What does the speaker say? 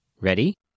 Ready